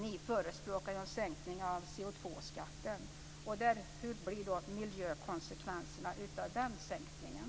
Ni förespråkar en sänkning av koldioxidskatten. Vad blir miljökonsekvenserna av den sänkningen?